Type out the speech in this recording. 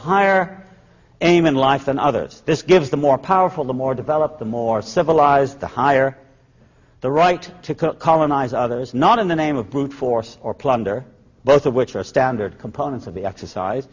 higher aim in life than others this gives the more powerful the more developed the more civilized the higher the right to cook colonize others not in the name of brute force or plunder both of which are standard components of the exercise